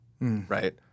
right